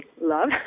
love